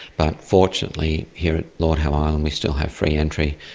but fortunately here at lord howe island we still have free entry,